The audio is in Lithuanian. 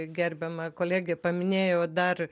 gerbiama kolegė paminėjo dar